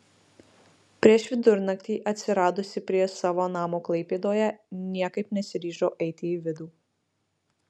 prieš vidurnakti atsiradusi prie savo namo klaipėdoje niekaip nesiryžo eiti į vidų